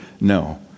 No